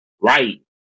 right